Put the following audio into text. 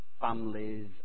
families